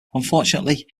unfortunately